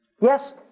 Yes